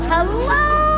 Hello